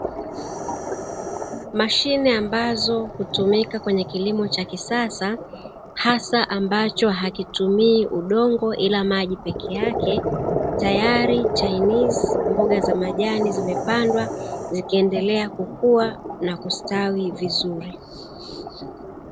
Mashine ambazo hutumika katika kilimo cha kisasa hasa ambacho akitumii udongo ila maji peke yake, tayari chainizi mboga za majani zimepandwa zikiendelea kukua na kustawi vizuri.